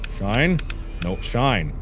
shine, don't shine.